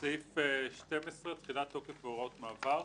"סעיף 12 תחילת תוקף והוראות מעבר.